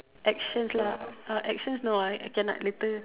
actions lah uh actions no I I cannot later